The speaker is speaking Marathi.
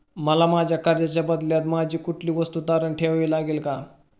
मला कर्जाच्या बदल्यात माझी कुठली वस्तू तारण ठेवावी लागेल का?